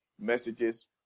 messages